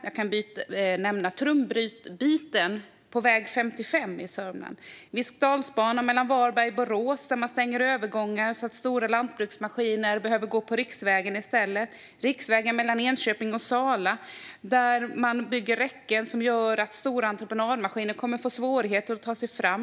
Jag kan nämna trumbyten på väg 55 i Sörmland eller Viskadalsbanan mellan Varberg och Borås, där man stänger övergångar så att stora lantbruksmaskiner behöver gå på riksvägen i stället. Jag kan nämna riksvägen mellan Enköping och Sala, där man bygger räcken som gör att stora entreprenadmaskiner kommer att få svårigheter att ta sig fram.